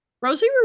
Rosie